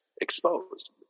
exposed